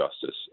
justice